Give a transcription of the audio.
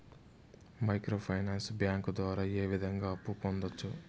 micro finance bank ద్వారా ఏ విధంగా అప్పు పొందొచ్చు